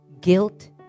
guilt